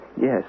Yes